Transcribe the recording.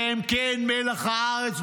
שהם כן מלח הארץ,